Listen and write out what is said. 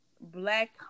black